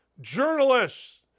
journalists